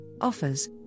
offers